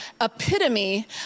epitome